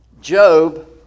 Job